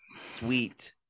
sweet